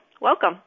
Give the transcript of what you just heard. Welcome